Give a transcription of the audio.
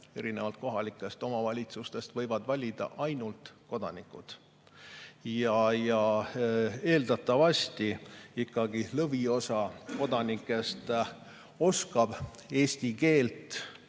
erinevalt kohalikest omavalitsustest, võivad valida ainult kodanikud. Eeldatavasti lõviosa kodanikest oskab eesti keelt.